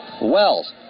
Wells